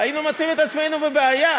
היינו מוצאים את עצמנו בבעיה.